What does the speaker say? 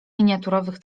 miniaturowych